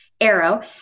arrow